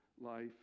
life